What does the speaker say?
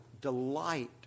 Delight